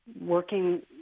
working